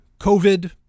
COVID